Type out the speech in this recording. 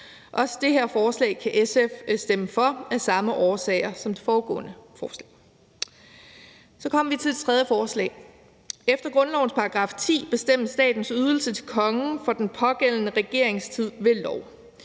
Også det her forslag kan SF stemme for af samme årsager som til foregående forslag. Så kommer vi til det tredje forslag. Efter grundlovens § 10 bestemmes statens ydelse til kongen for den pågældende regeringstid ved lov.